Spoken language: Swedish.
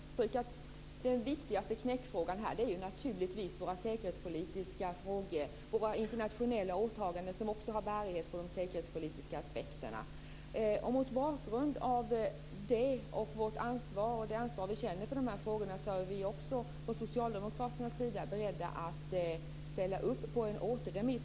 Fru talman! Den viktigaste knäckfrågan är naturligtvis våra internationella åtaganden som också har bärighet på de säkerhetspolitiska aspekterna. Mot bakgrund av detta och det ansvar som vi känner för dessa frågor är vi socialdemokrater beredda att ställa upp på en återremiss.